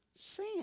Sin